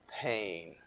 Pain